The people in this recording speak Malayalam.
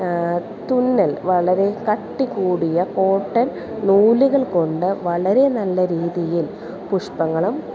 തുന്നൽ വളരെ കട്ടി കൂടിയ കോട്ടൻ നൂലുകൾ കൊണ്ട് വളരെ നല്ല രീതിയിൽ പുഷ്പങ്ങളും